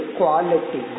quality